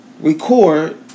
record